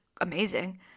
amazing